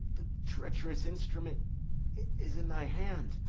the treacherous instrument is in thy hand,